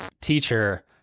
teacher